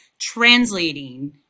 translating